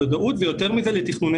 ולמנוע